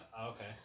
Okay